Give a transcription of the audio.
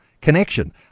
connection